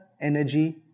energy